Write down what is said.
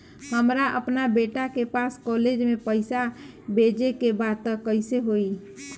हमरा अपना बेटा के पास कॉलेज में पइसा बेजे के बा त कइसे होई?